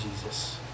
Jesus